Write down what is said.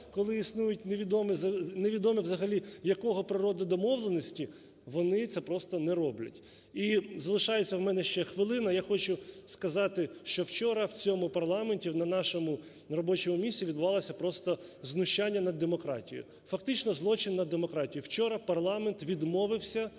коли існують невідомі взагалі якої природи домовленості, вони це просто не роблять. І залишається в мене ще хвилина. Я хочу сказати, що вчора в цьому парламенті на нашому робочому місці відбулося просто знущання на демократією, фактично злочин над демократією. Вчора парламент відмовився